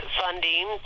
funding